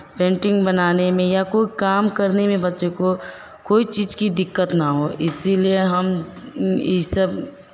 painting बनाने में या कोई काम करने में बच्चे को कोई चीज़ की दिक्कत ना हो इसलिए हम ई सब